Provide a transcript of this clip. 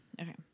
Okay